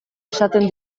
esaten